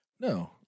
No